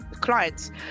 clients